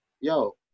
Yo